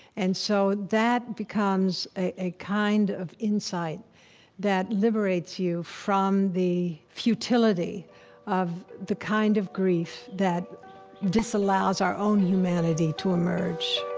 and so that becomes a kind of insight that liberates you from the futility of the kind of grief that disallows our own humanity to emerge